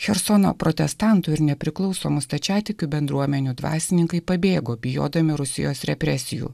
chersono protestantų ir nepriklausomų stačiatikių bendruomenių dvasininkai pabėgo bijodami rusijos represijų